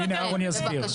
אני אסביר.